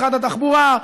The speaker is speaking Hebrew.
משרד התחבורה,